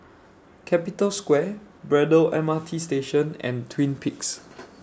Capital Square Braddell M R T Station and Twin Peaks